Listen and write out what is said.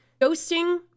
ghosting